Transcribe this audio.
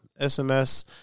SMS